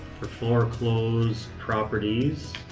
for foreclosed properties.